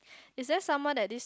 is there someone like this